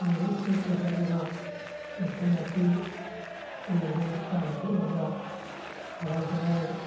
ꯑꯗꯒꯤ ꯏꯁꯇ꯭ꯔꯤꯠꯇ ꯆꯠꯂꯒ ꯏꯪꯁꯥꯡ ꯅꯥꯄꯤ ꯑꯃꯗꯤ ꯆꯥꯅ ꯊꯛꯅꯕ ꯍꯋꯥꯏ ꯆꯦꯡꯋꯥꯏ